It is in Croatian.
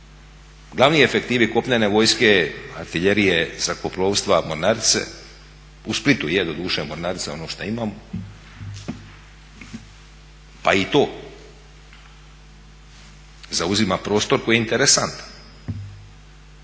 glavni efektivi kopnene vojske artiljerije zrakoplovstva mornarice. U Splitu je doduše mornarica ono što imamo. Pa i to zauzima prostor koji je interesantan.